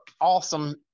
awesome